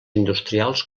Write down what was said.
industrials